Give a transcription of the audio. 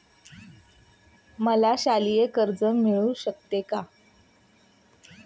मला शालेय कर्ज मिळू शकते का?